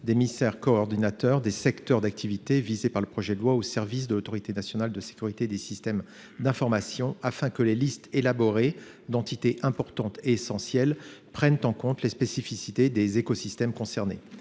des ministères coordonnateurs des secteurs d’activité visés par l’article 7 du projet de loi au service de l’Autorité nationale de sécurité des systèmes d’information, afin que les listes d’entités importantes et essentielles prennent en compte les spécificités des écosystèmes concernés.